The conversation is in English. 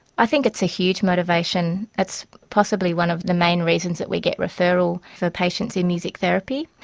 i think it's a huge motivation. it's possibly one of the main reasons that we get referrals for patients in music therapy.